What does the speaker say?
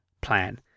plan